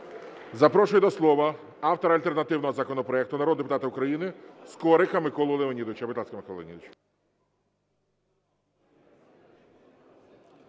Запрошую до слова автора альтернативного законопроекту народного депутата України Скорика Миколу Леонідовича.